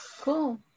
Cool